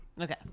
Okay